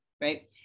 right